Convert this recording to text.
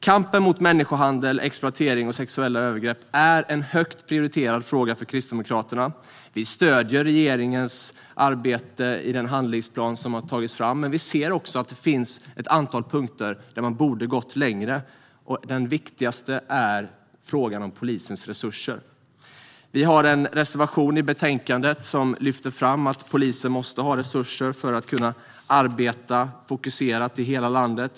Kampen mot människohandel, exploatering och sexuella övergrepp är en högt prioriterad fråga för Kristdemokraterna. Vi stöder regeringens arbete i den handlingsplan som har tagits fram, men vi ser att det finns ett antal punkter där man borde ha gått längre. Den viktigaste punkten är den om polisens resurser. Vi har en reservation i betänkandet som lyfter fram att polisen måste ha resurser för att kunna arbeta fokuserat i hela landet.